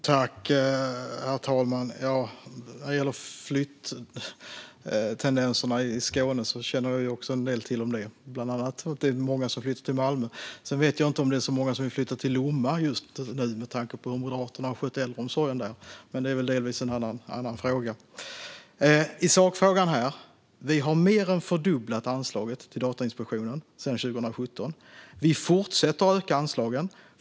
Herr talman! När det gäller flyttendenserna i Skåne känner vi till en del. Bland annat är det många som flyttar till Malmö. Sedan vet jag inte om det är så många som vill flytta till Lomma just nu med tanke på hur Moderaterna har skött äldreomsorgen där, men det är delvis en annan fråga. Vi har mer än fördubblat anslaget till Datainspektionen sedan 2017. Vi fortsätter att öka anslagen.